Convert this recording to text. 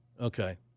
Okay